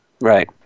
Right